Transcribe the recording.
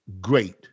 great